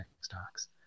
stocks